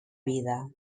vida